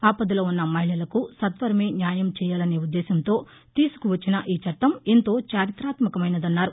ఆవదలో ఉన్న మహిళలకు సత్వరమే న్యాయం చేయాలనే ఉద్దేశ్యంతో తీసుకొచ్చిన ఈ చట్టం ఎంతో చారితాత్మకమైందన్నారు